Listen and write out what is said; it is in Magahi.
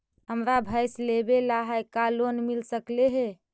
हमरा भैस लेबे ल है का लोन मिल सकले हे?